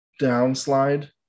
downslide